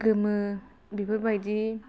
गोमो बेफोर बायदि